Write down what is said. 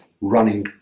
running